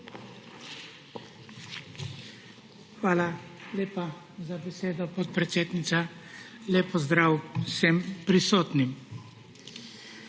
Hvala lepa za besedo, podpredsednica. Lep pozdrav vsem prisotnim!